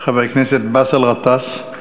חבר הכנסת באסל גטאס.